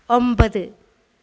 ഒമ്പത്